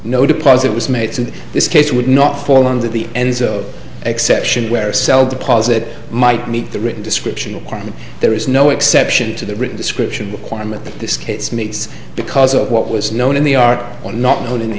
no deposit was made to this case would not fall under the ends of exception where cell deposit might meet the written description of partner there is no exception to the written description requirement that this case makes because of what was known in the article or not known in the